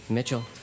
Mitchell